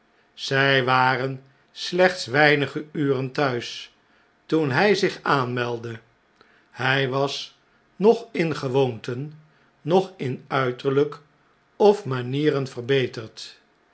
zy waren slechts weinige uren thuis toen hy zich aanmeldde hjj was noch in gewoonten noch in uiterljjk of manieren verbeterd